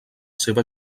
seva